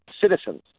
citizens